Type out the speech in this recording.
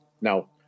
Now